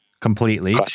completely